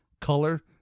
color